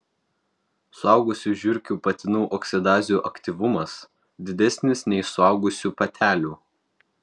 suaugusių žiurkių patinų oksidazių aktyvumas didesnis nei suaugusių patelių